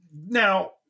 now